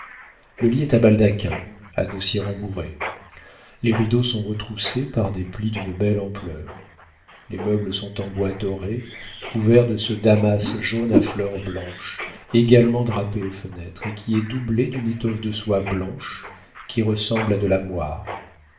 le lit est à baldaquin à dossiers rembourrés les rideaux sont retroussés par des plis d'une belle ampleur les meubles sont en bois doré couverts de ce damas jaune à fleurs blanches également drapé aux fenêtres et qui est doublé d'une étoffe de soie blanche qui ressemble à de la moire